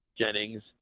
Jennings